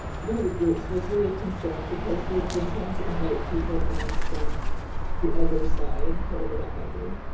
one of the groups was really concerned because they've been trying to invite people in from the other side, whatever that might be,